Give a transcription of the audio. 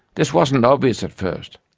this wasn't obvious at first.